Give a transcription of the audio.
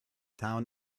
town